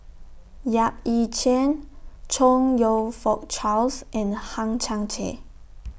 Yap Ee Chian Chong YOU Fook Charles and Hang Chang Chieh